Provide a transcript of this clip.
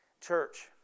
Church